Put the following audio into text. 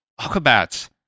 aquabats